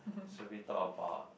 should be talk about